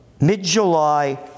mid-July